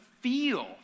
feel